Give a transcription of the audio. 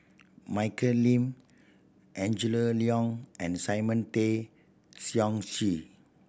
Michelle Lim Angela Liong and Simon Tay Seong Chee